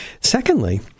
Secondly